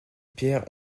pierres